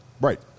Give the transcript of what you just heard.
Right